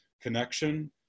connection